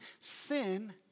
Sin